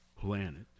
planet